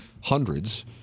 hundreds